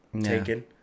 taken